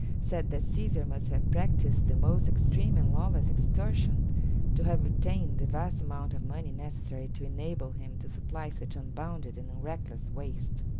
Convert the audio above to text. said that caesar must have practiced the most extreme and lawless extortion to have obtained the vast amount of money necessary to enable him to supply such unbounded and reckless waste.